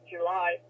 July